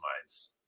minds